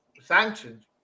sanctions